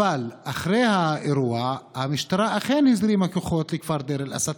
ואחרי האירוע המשטרה אכן הזרימה כוחות לכפר דיר אל-אסד,